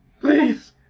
please